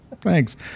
Thanks